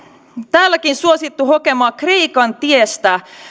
täälläkin suosittu hokema kreikan tiestä